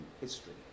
history